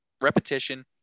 Repetition